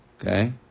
okay